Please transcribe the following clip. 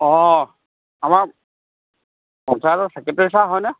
অঁ আমাৰ পঞ্চায়তৰ ছেক্ৰেটেৰী ছাৰ হয়নে